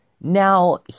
Now